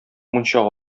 мунчага